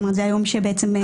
זה היום שבעצם ניתנה הוראת השעה.